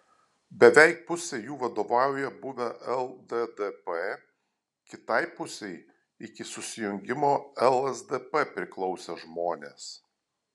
beveik pusei jų vadovauja buvę lddp kitai pusei iki susijungimo lsdp priklausę žmonės